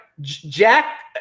Jack